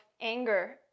anger